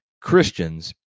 Christians